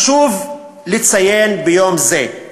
חשוב לציין ביום זה: